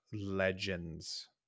legends